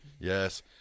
Yes